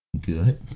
Good